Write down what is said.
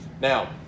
Now